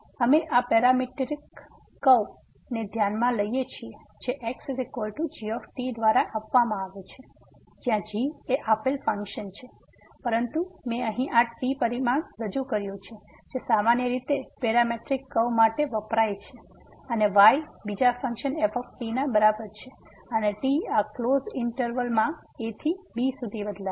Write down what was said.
તેથી અમે આ પેરામેટ્રિક કર્વ ને ધ્યાનમાં લઈએ છીએ જે x g દ્વારા આપવામાં આવે છે જ્યાં g એ આપેલ ફંક્શન છે પરંતુ મેં અહી આ t પરિમાણ રજૂ કર્યું છે જે સામાન્ય રીતે પેરામેટ્રિક કર્વ માટે વપરાય છે અને y બીજા ફંક્શન f ના બરાબર છે અને t આ ક્લોઝ ઈંટરવલ માં a થી b સુધી બદલાશે